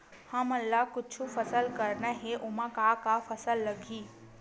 हमन ला कुछु फसल करना हे ओमा का का लगही?